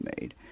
made